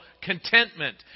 contentment